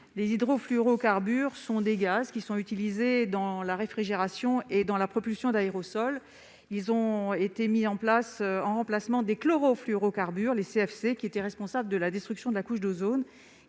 en prie, ma chère collègue. Les HFC sont utilisés dans la réfrigération et dans la propulsion d'aérosols. Ils ont été mis en place pour remplacer les chlorofluorocarbures, les CFC, qui étaient responsables de la destruction de la couche d'ozone